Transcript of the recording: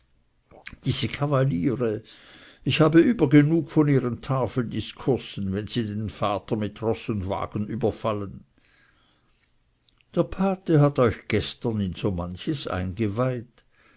diese kavaliere ich habe übergenug von ihren tafeldiskursen wenn sie den vater mit roß und wagen überfallen der pate hat euch gestern in so manches eingeweiht